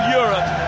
europe